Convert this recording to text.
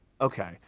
Okay